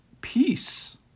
peace